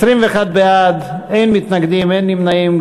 ואין נמנעים.